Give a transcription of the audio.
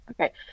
Okay